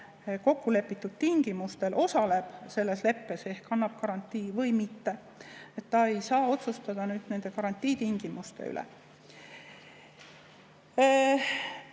kokkulepitud tingimustel osaleb selles leppes ehk annab garantii või mitte. Ta ei saa otsustada nende garantiitingimuste üle.